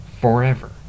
forever